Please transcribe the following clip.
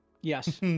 Yes